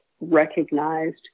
recognized